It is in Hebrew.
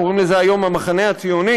קוראים לזה היום המחנה הציוני,